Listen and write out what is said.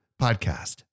podcast